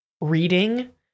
reading